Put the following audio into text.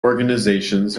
organizations